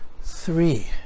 three